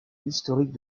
historique